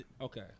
okay